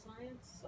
Science